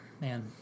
man –